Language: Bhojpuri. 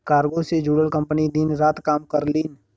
कार्गो से जुड़ल कंपनी दिन रात काम करलीन